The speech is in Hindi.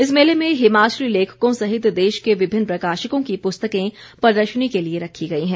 इस मेले में हिमाचली लेखकों सहित देश के विभिन्न प्रकाशकों की पुस्तकें प्रदर्शनी के लिए रखी गई हैं